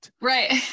Right